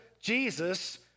Jesus